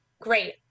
great